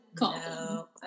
No